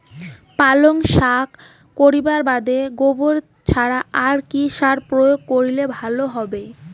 পালং শাক করিবার বাদে গোবর ছাড়া আর কি সার প্রয়োগ করিলে ভালো হবে?